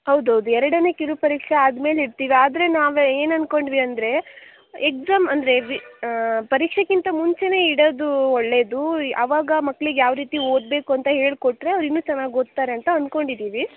ಹೌದೌದು ಎರಡನೇ ಕಿರುಪರೀಕ್ಷೆ ಆದ್ಮೇಲೆ ಇಡ್ತೀವಿ ಆದರೆ ನಾವು ಏನು ಅಂದ್ಕೊಂಡ್ವಿ ಅಂದರೆ ಎಕ್ಸಾಮ್ ಅಂದರೆ ವಿ ಪರೀಕ್ಷೆಗಿಂತ ಮುಂಚೆಯೇ ಇಡೋದು ಒಳ್ಳೆಯದು ಅವಾಗ ಮಕ್ಕಳಿಗೆ ಯಾವ ರೀತಿ ಓದಬೇಕು ಅಂತ ಹೇಳ್ಕೊಟ್ರೆ ಅವರು ಇನ್ನೂ ಚೆನ್ನಾಗಿ ಓದ್ತಾರೆ ಅಂತ ಅಂದ್ಕೊಂಡಿದ್ದೀವಿ